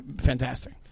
fantastic